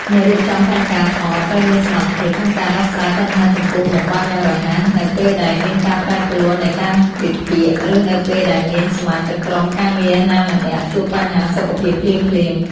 អ្នករៀបចំផែនការថតត្រូវមានសមត្ថភាពក្នុងការដោះស្រាយបញ្ហាចំពោះមុខបានយ៉ាងរហ័ស នៅពេលដែលមានការប្រែប្រួលនៃកាលវិភាគ ឬនៅពេលដែលមានសមាជិកក្រុមការងារណាម្នាក់ជួបបញ្ហាសុខភាពភ្លាមៗ។